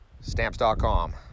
stamps.com